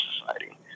society